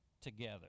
together